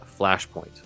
Flashpoint